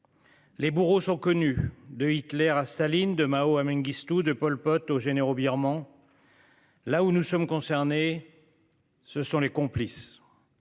Les bourreaux sont connus de Hitler à Staline de Mao à Mengistu de Pol Pot aux généraux birmans. Là où nous sommes concernés. Ce sont les complices.